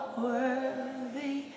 worthy